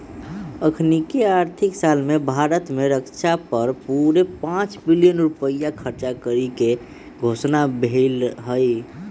अखनीके आर्थिक साल में भारत में रक्षा पर पूरे पांच बिलियन रुपइया खर्चा करेके घोषणा भेल हई